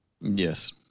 Yes